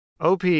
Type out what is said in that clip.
OP